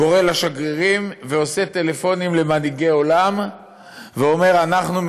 קורא לשגרירים ועושה טלפונים למנהיגי עולם ואומר: אנחנו,